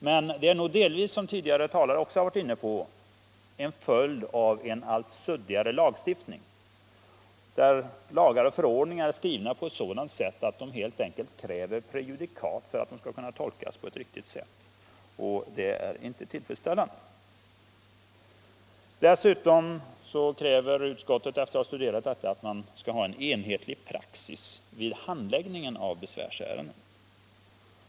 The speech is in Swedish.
Men det är nog delvis, som tidigare talare också har varit inne på, en följd av en allt suddigare lagstiftning, där lagar och förordningar är skrivna på ett sådant sätt att de helt enkelt kräver prejudikat för att de skall kunna tolkas på ett riktigt sätt. Detta är inte tillfredsställande. Dessutom kräver utskottet att man skall ha en enhetlig praxis vid handläggningen av besvärsärenden.